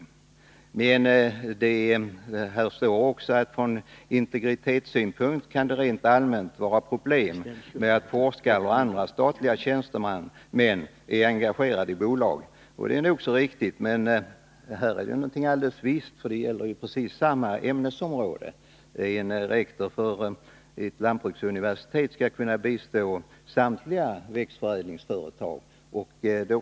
I svaret sägs emellertid också: ”Från integritetssynpunkt kan det rent allmänt vara problem med att forskare eller andra statliga tjänstemän är engagerade i bolag.” Det är nog så riktigt, men här är det någonting alldeles visst, för det gäller samma ämnesområde. En rektor för ett lantbruksuniversitet skall kunna bistå samtliga växtförädlingsföretag.